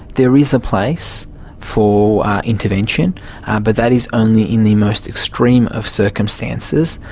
there is a place for intervention but that is only in the most extreme of circumstances.